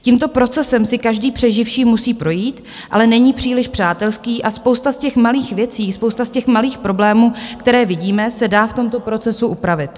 Tímto procesem si každý přeživší musí projít, ale není příliš přátelský a spousta z těch malých věcí, spousta z těch malých problémů, které vidíme, se dá v tomto procesu upravit.